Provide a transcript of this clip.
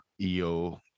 Eo